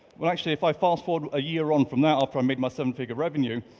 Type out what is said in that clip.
well actually, if i fast forward a year on from that, after i made my seven figure revenue,